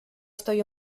estoy